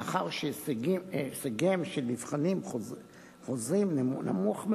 מאחר שהישגיהם של נבחנים חוזרים נמוכים